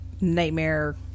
nightmare